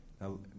Now